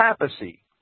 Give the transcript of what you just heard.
papacy